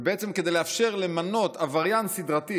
ובעצם כדי לאפשר למנות עבריין סדרתי